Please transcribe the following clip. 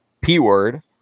P-word